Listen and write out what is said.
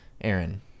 Aaron